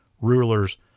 rulers